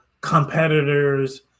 competitors